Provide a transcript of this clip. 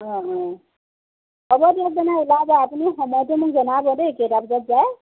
অ' অ' হ'ব দিয়ক তেনে ওলাব আপুনি সময়টো মোক জনাব দেই কেইটা বজাত যায়